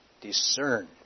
discern